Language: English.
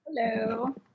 Hello